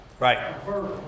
Right